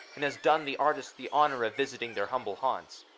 and has done the artists the honour of visiting their humble haunts.